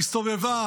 היא הסתובבה